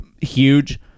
huge